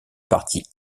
partie